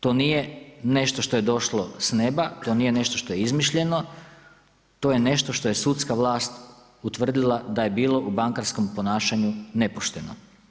To nije nešto što je došlo s neba, to nije nešto što je izmišljeno, to je nešto što je sudska vlast utvrdila da je bilo u bankarskom ponašanju nepošteno.